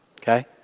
okay